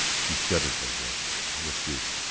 she shuddered a little and withdrew.